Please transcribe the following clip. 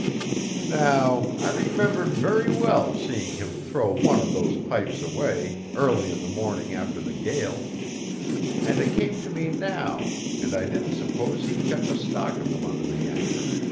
now, i remembered very well seeing him throw one of those pipes away, early in the morning after the gale and it came to me now, and i didn't suppose he kept a stock of them under the anchor.